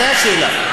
זו השאלה.